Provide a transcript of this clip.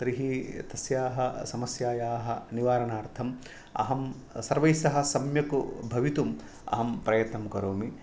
तर्हि तस्याः समस्यायाः निवारणार्थम् अहं सर्वैस्सह सम्यक् भवितुम् अहं प्रयत्नं करोमि